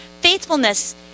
Faithfulness